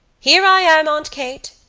here i am, aunt kate!